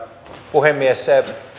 puhemies